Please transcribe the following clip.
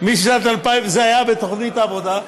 זה היה בתוכנית העבודה,